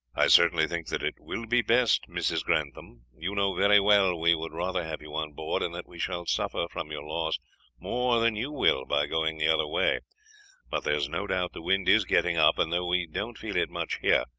i certainly think that it will be best, mrs. grantham. you know very well we would rather have you on board, and that we shall suffer from your loss more than you will by going the other way but there's no doubt the wind is getting up, and though we don't feel it much here,